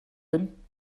bin